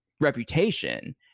reputation